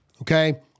Okay